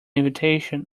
invitation